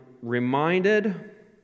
reminded